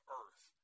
earth